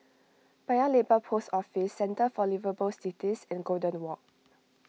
Paya Lebar Post Office Centre for Liveable Cities and Golden Walk